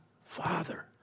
Father